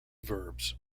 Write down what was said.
verbs